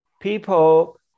people